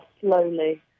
slowly